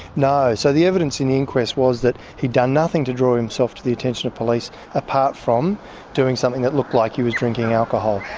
no, so the evidence in the inquest was that he had done nothing to draw himself to the attention of police apart from doing something that looked like he was drinking alcohol.